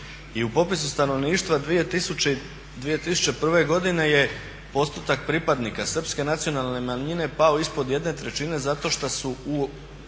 i u popisu stanovništva 2002. godine je postotak pripadnika Srpske nacionalne manjine pao ispod jedne trećine zato što su u